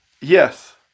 Yes